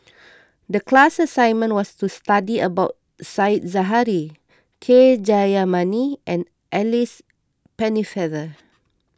the class assignment was to study about Said Zahari K Jayamani and Alice Pennefather